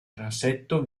transetto